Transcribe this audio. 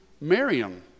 Miriam